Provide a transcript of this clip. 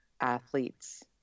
athletes